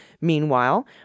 Meanwhile